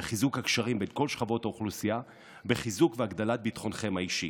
בחיזוק הקשרים בין כל שכבות האוכלוסייה ובחיזוק והגדלת ביטחונכם האישי.